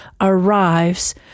arrives